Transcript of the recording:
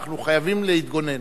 אנחנו חייבים להתגונן.